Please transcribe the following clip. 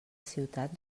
ciutat